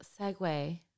segue